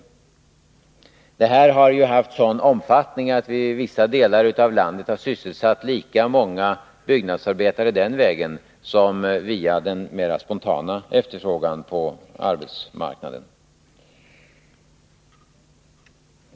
Dessa insatser har haft sådan omfattning att vi i vissa delar av landet genom dem har sysselsatt lika många byggnadsarbetare som via den mera spontana efterfrågan på arbetsmarknaden.